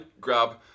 grab